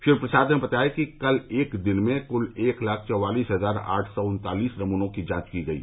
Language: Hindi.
श्री प्रसाद ने बताया कि कल एक दिन में कुल एक लाख चौवालीस हज़ार आठ सौ उन्तालीस नमूनों की जांच की गयी